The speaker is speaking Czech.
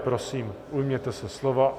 Prosím, ujměte se slova.